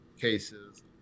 cases